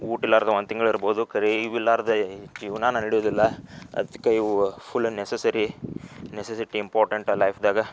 ಊಟ ಇರಲಾರ್ದ ಒಂದು ತಿಂಗ್ಳು ಇರ್ಬೋದು ಕರೆ ಇವು ಇರಲಾರ್ದೆ ಜೀವನನೆ ನಡೆಯೋದಿಲ್ಲ ಅದಕ್ಕೆ ಇವು ಫುಲ್ ನೆಸೆಸ್ಸರಿ ನೆಸೆಸ್ಸಿಟಿ ಇಂಪಾರ್ಟೆಂಟ ಲೈಫ್ದಾಗ